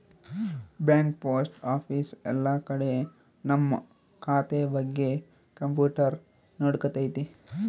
bank post office ಎಲ್ಲ ಕಡೆ ನಮ್ ಖಾತೆ ಬಗ್ಗೆ ಕಂಪ್ಯೂಟರ್ ನೋಡ್ಕೊತೈತಿ